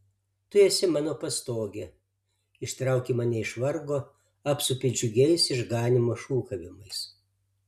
tu esi mano pastogė ištrauki mane iš vargo apsupi džiugiais išganymo šūkavimais